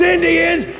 Indians